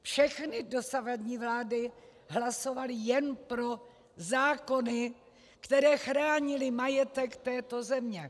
Všechny dosavadní vlády hlasovaly jen pro zákony, které chránily majetek této země.